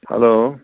hello